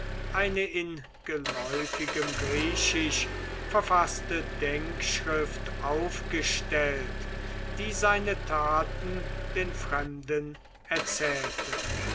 eine in geläufigem griechisch verfaßte denkschrift aufgestellt die seine taten den fremden erzählte